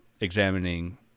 examining